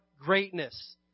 greatness